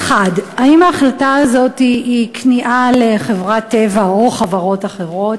1. האם ההחלטה הזאת היא כניעה לחברת "טבע" או לחברות אחרות?